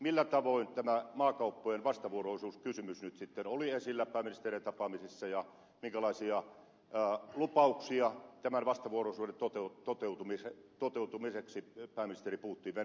millä tavoin tämä maakauppojen vastavuoroisuuskysymys nyt sitten oli esillä pääministerien tapaamisessa ja minkälaisia lupauksia tämän vastavuoroisuuden toteutumiseksi pääministeri putin venäjän puolelta meille antoi